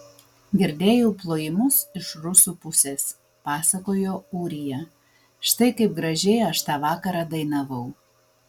girdėjau plojimus iš rusų pusės pasakojo ūrija štai kaip gražiai aš tą vakarą dainavau